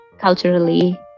culturally